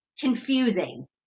confusing